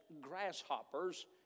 grasshoppers